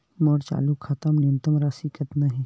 मोर चालू खाता मा न्यूनतम राशि कतना हे?